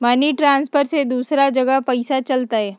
Money transfer से दूसरा जगह पईसा चलतई?